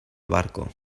barco